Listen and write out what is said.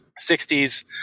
60s